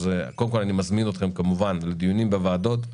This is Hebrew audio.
אז קודם כול אני מזמין אתכם כמובן לדיונים בוועדות.